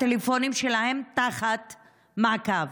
הטלפונים שלהם תחת מעקב.